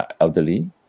elderly